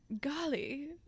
golly